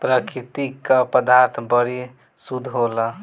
प्रकृति क पदार्थ बड़ी शुद्ध होला